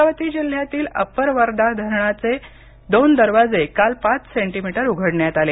अमरावती जिल्ह्यातील अपर वर्धा धरणाचे दोन दरवाजे काल पाच सेंटीमीटर उघडण्यात आले